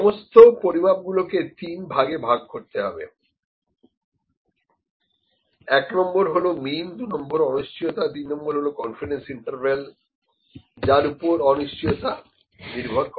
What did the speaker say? সমস্ত পরিমাপ গুলোকে তিন ভাগে ভাগ করতে হবে এক নম্বর হল মিন দুই নম্বরে অনিশ্চয়তা তিন নম্বর হলো কনফিডেন্স ইন্টারভ্যাল যার ওপর অনিশ্চয়তা নির্ভর করে